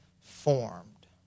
formed